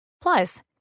Plus